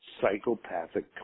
Psychopathic